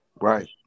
Right